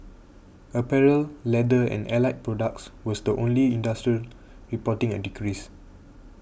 apparel leather and allied products was the only industry reporting a decrease